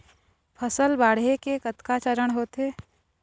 फसल बाढ़े के कतका चरण होथे?